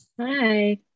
Hi